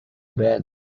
bed